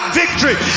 victory